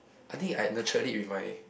I think I nurtured it with my